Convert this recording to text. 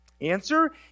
Answer